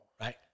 Right